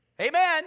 Amen